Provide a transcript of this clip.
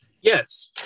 Yes